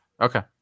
Okay